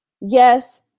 yes